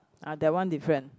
ah that one different